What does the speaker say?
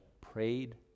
prayed